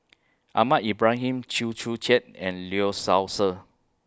Ahmad Ibrahim Chew Joo Chiat and Lee Seow Ser